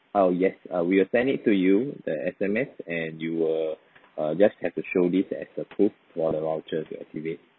oh yes uh we will send it to you the S_M_S and you will uh just have to show this as a proof for the voucher to activate